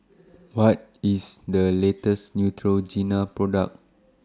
What IS The latest Neutrogena Product